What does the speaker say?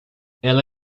ela